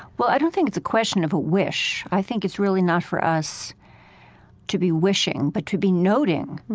well, i don't think it's a question of a wish. i think it's really not for us to be wishing, but to be noting.